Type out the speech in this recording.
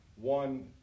one